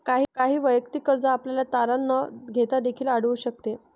काही वैयक्तिक कर्ज आपल्याला तारण न घेता देखील आढळून शकते